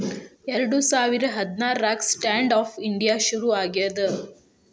ಎರಡ ಸಾವಿರ ಹದ್ನಾರಾಗ ಸ್ಟ್ಯಾಂಡ್ ಆಪ್ ಇಂಡಿಯಾ ಶುರು ಆಗ್ಯಾದ